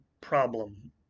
problem